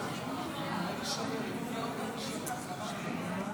שיביאו את ההסכמים.